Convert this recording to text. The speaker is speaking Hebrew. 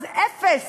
אז אפס